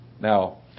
Now